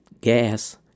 gas